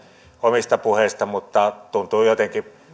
omista puheistaan mutta tuntuu jotenkin